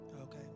Okay